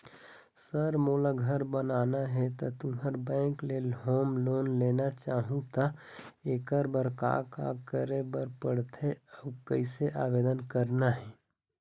Sir मोला घर बनाना हे ता तुंहर बैंक ले होम लोन लेना चाहूँ ता एकर बर का का करे बर पड़थे अउ कइसे आवेदन करना हे?